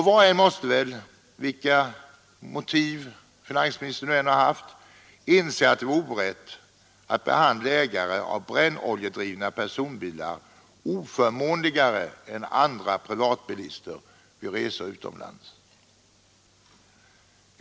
Var och en måste väl — vilka motiv finansministern nu än har haft — inse att det vore orätt att behandla ägare av brännoljedrivna personbilar oförmånligare än andra privatbilister vid resor utomlands.